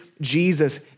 Jesus